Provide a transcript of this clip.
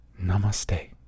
Namaste